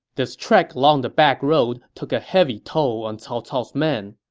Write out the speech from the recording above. this trek along the backroad took a heavy toll on cao cao's men.